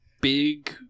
big